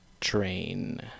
Train